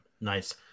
Nice